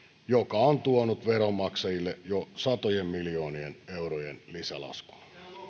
joka on tuonut veronmaksajille jo satojen miljoonien eurojen lisälaskun